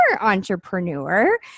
entrepreneur